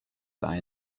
guy